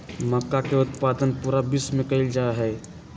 मक्का के उत्पादन पूरा विश्व में कइल जाहई